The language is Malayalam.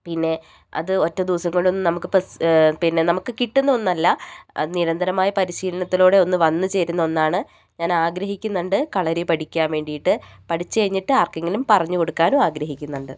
പിന്നേ അത് ഒറ്റ ദിവസം കൊണ്ടൊന്നും നമുക്ക് പസ്സ് പിന്നെ നമുക്ക് കിട്ടുന്ന ഒന്നല്ല അത് നിരന്തരമായ പരിശീലനത്തിലൂടെ ഒന്ന് വന്നുചേരുന്ന ഒന്നാണ് ഞാൻ ആഗ്രഹിക്കുന്നുണ്ട് കളരി പഠിക്കാൻ വേണ്ടിയിട്ട് പഠിച്ചുകഴിഞ്ഞിട്ട് ആർക്കെങ്കിലും പറഞ്ഞു കൊടുക്കാനും ആഗ്രഹിക്കുന്നുണ്ട്